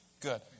Good